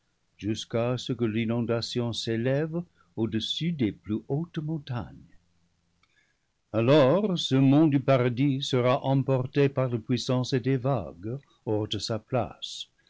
jusqu'à ce que l'inondation s'élève au-dessus des plus hautes montagnes alors ce mont du paradis sera emporté par la puissance des vagues hors de sa place